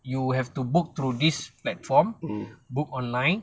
you have to book through this platform book online